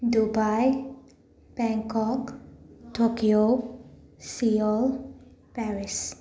Dubai Bangkok Tokyo Seoul Paris